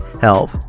help